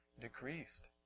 decreased